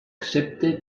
excepte